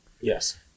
Yes